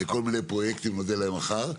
אודה להם מחר.